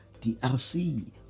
DRC